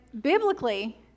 biblically